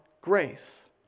grace